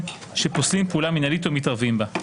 שפוסלים פעולה מינהלית או מתערבים בה.